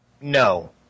No